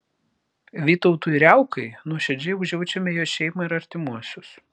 vytautui riaukai nuoširdžiai užjaučiame jo šeimą ir artimuosius